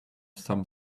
some